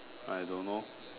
I don't know